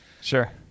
Sure